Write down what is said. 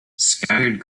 scattered